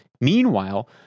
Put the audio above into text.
Meanwhile